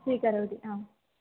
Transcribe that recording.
स्वीकरोति आम्